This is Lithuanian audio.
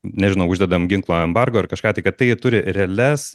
nežinau uždedam ginklų embargo ar kažką kad tai turi realias